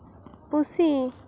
ᱯᱩᱥᱤ